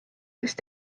sest